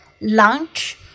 lunch